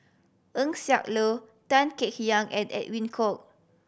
Eng Siak Loy Tan Kek Hiang and Edwin Koek